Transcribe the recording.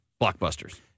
blockbusters